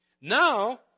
Now